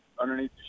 underneath